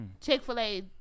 Chick-fil-A